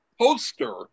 poster